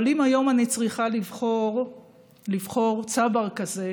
אבל אם היום אני צריכה לבחור צבר כזה,